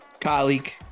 colleague